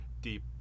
deep